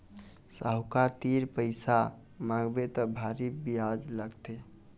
साहूकार तीर पइसा मांगबे त भारी बियाज लागथे